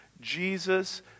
Jesus